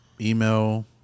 email